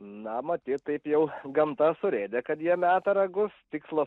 na matyt taip jau gamta surėdė kad jie meta ragus tikslo